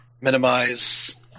minimize